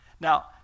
now